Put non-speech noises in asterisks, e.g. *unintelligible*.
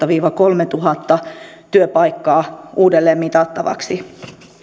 *unintelligible* viiva kolmetuhatta työpaikkaa uudelleen mitattavaksi